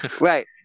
Right